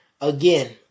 Again